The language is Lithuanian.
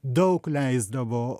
daug leisdavo